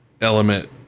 element